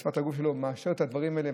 שפת הגוף שלו מאשרת את הדברים האלה,